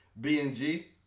B-N-G